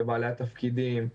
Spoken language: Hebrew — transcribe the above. לבעלי התפקידים,